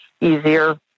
easier